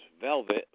Velvet